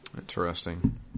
Interesting